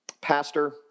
Pastor